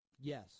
Yes